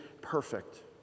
perfect